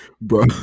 Bro